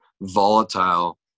volatile